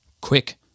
quick